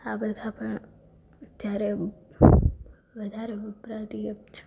આ બધા પણ અત્યારે વધારે વપરાતી એપ છે